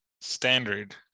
standard